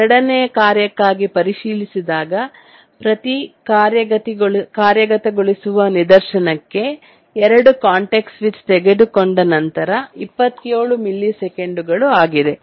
ಎರಡನೆಯ ಕಾರ್ಯಕ್ಕಾಗಿ ಪರಿಶೀಲಿಸಿದಾಗ ಪ್ರತಿ ಕಾರ್ಯಗತಗೊಳಿಸುವ ನಿದರ್ಶನಕ್ಕೆ 2 ಕಾಂಟೆಕ್ಸ್ಟ್ ಸ್ವಿಚ್ ತೆಗೆದುಕೊಂಡ ನಂತರ 27 ಮಿಲಿಸೆಕೆಂಡುಗಳು ಆಗಿದೆ